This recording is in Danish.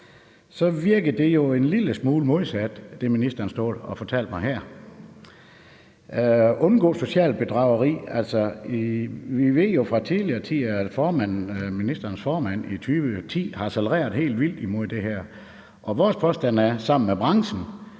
år, virker det jo en lille smule modsat det, ministeren står og fortæller mig her. I forhold til at undgå socialt bedrageri ved vi jo fra tidligere tider, at ministerens formand i 2010 harcelerede helt vildt imod det her, og vores påstand er sammen med branchen,